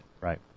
Right